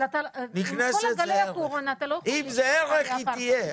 --- עם כל גלי הקורונה אתה לא --- אם זה ערך היא תהיה.